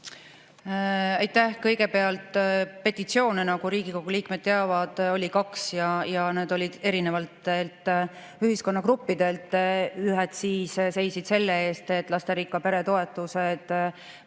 Aitäh! Kõigepealt, petitsioone, nagu Riigikogu liikmed teavad, oli kaks ja need olid erinevatelt ühiskonnagruppidelt. Ühed seisid selle eest, et lasterikka pere toetused